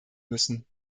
müssen